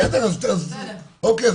אוקיי.